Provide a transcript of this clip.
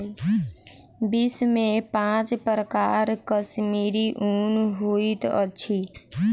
विश्व में पांच प्रकारक कश्मीरी ऊन होइत अछि